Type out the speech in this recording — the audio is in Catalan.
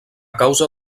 causa